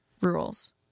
rules